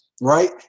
right